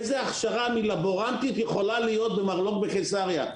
איזו הכשרה לבורנטית יכולה לעבור במרלו"ג בקיסריה?